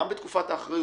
גם בתקופת האחריות,